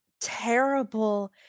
terrible